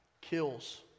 kills